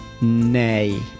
Nay